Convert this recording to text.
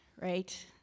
right